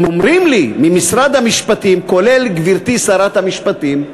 אומרים לי ממשרד המשפטים, כולל גברתי שרת המשפטים,